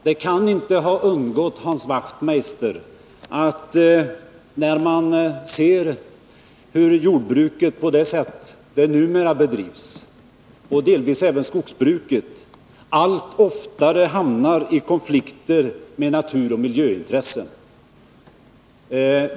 Det torde inte heller ha undgått Hans Wachtmeister att jordbruket — när man ser hur det numera bedrivs — och delvis även skogsbruket allt oftare hamnar i konflikt med naturoch miljöintressen.